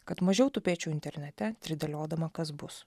kad mažiau tupėčiau internete tridaliodama kas bus